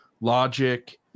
logic